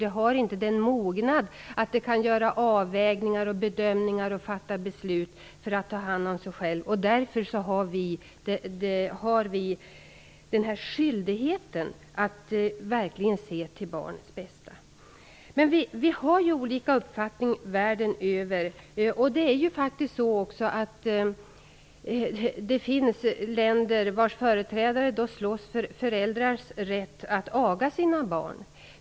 Det har inte den mognaden att det kan göra avvägningar och bedömningar och fatta beslut för att ta hand om sig själv. Därför har vi skyldigheten att verkligen se till barnets bästa. Men uppfattningen är olika världen över. Det finns faktiskt också länder vars företrädare slåss för föräldrars rätt att aga sina barn.